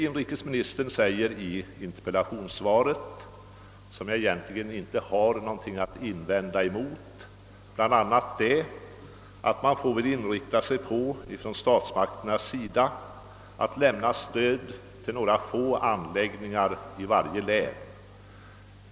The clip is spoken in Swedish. Inrikesministern säger i interpellationssvaret, som jag egentligen inte har någonting att invända mot, bla, att statsmakterna väl får inrikta sig på att lämna stöd till endast några få anläggningar i varje län.